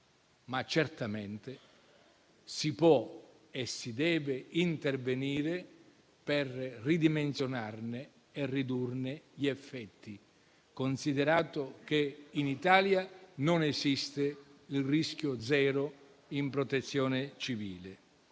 Ma certamente si può e si deve intervenire per ridimensionarne e ridurne gli effetti, considerato che in Italia non esiste il rischio zero in Protezione civile.